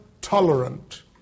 tolerant